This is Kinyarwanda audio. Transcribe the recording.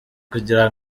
kugira